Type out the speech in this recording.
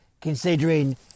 considering